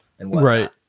Right